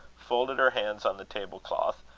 folded her hands on the tablecloth,